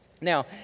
Now